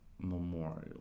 Memorial